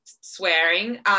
swearing